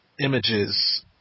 images